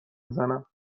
میزنم